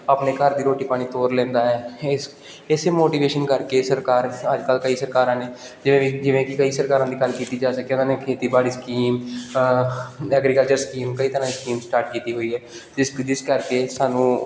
ਆਪਣੇ ਘਰ ਦੀ ਰੋਟੀ ਪਾਣੀ ਤੋਰ ਲੈਂਦਾ ਹੈ ਇਸ ਇਸੇ ਮੋਟੀਵੇਸ਼ਨ ਕਰਕੇ ਸਰਕਾਰ ਅੱਜ ਕੱਲ੍ਹ ਕਈ ਸਰਕਾਰਾਂ ਨੇ ਜਿਵੇਂ ਜਿਵੇਂ ਕਿ ਕਈ ਸਰਕਾਰਾਂ ਦੀ ਗੱਲ ਕੀਤੀ ਜਾ ਸਕੇ ਉਹਨਾਂ ਨੇ ਖੇਤੀਬਾੜੀ ਸਕੀਮ ਐਗਰੀਕਲਚਰ ਸਕੀਮ ਕਈ ਤਰ੍ਹਾਂ ਦੀ ਸਕੀਮ ਸਟਾਰਟ ਕੀਤੀ ਹੋਈ ਹੈ ਜਿਸ ਜਿਸ ਕਰਕੇ ਇਸ ਕਰਕੇ ਸਾਨੂੰ